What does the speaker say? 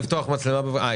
אני מבקשת שבדיון הבא כך